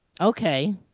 Okay